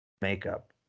makeup